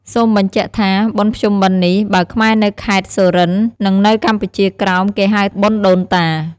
សូមបញ្ជាក់ថា បុណ្យភ្ជុំបិណ្ឌនេះ បើខ្មែរនៅខេត្ត សុរិន្ទ និងនៅកម្ពុជាក្រោម គេហៅ “បុណ្យដូនតា”។